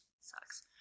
sucks